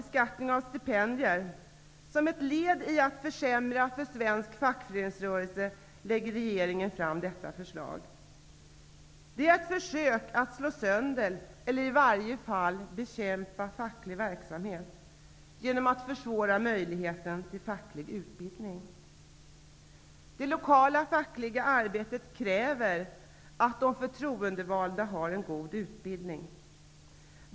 Beskattningen av stipendier är ett annat elände. Som ett led i att försämra för svensk fackföreningsrörelse lägger regeringen fram detta förslag. Det är ett försök att slå sönder eller i varje fall att bekämpa den fackliga verksamheten genom att försvåra möjligheten till facklig utbildning. Det lokala fackliga arbetet kräver att de förtroendevalda har en god utbildning.